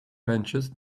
benches